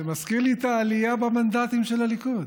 זה מזכיר לי את העלייה במנדטים של הליכוד.